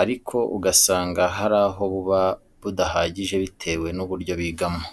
ariko ugasanga hari aho buba budahagije bitewe n'uburyo bigamo.